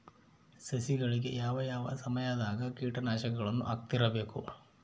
ಸಸಿಗಳಿಗೆ ಯಾವ ಯಾವ ಸಮಯದಾಗ ಕೇಟನಾಶಕಗಳನ್ನು ಹಾಕ್ತಿರಬೇಕು?